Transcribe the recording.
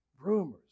Rumors